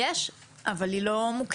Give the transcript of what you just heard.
יש, אבל היא לא מוכרת.